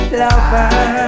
lover